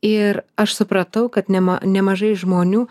ir aš supratau kad nema nemažai žmonių